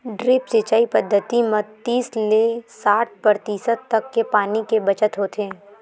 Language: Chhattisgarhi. ड्रिप सिंचई पद्यति म तीस ले साठ परतिसत तक के पानी के बचत होथे